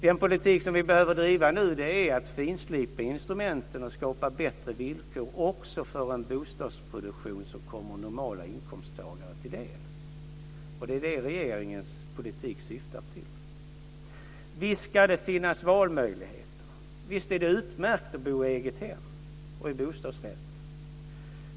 Den politik som vi behöver driva nu handlar om att finslipa instrumenten och skapa bättre villkor också för en bostadsproduktion som kommer normala inkomsttagare till del. Det är det regeringens politik syftar till. Visst ska det finnas valmöjligheter. Visst är det utmärkt att bo i eget hem och i bostadsrätt.